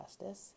justice